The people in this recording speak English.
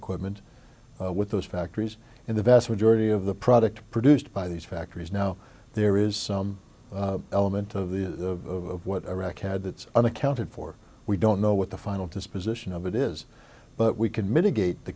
equipment with those factories in the vast majority of the product produced by these factories now there is some element of the over of what iraq had that's unaccounted for we don't know what the final disposition of it is but we can mitigate the